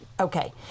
okay